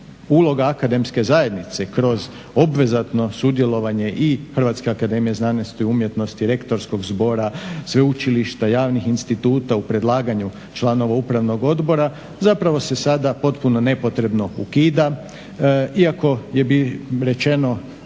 uloga akademske zajednice kroz obvezatno sudjelovanje i Hrvatske akademije znanosti i umjetnosti, Rektorskog zbora sveučilišta, javnih instituta u predlaganju članova upravnog odbora, zapravo se sada potpuno nepotrebno ukida iako je rečeno